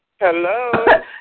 Hello